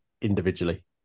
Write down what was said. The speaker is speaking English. individually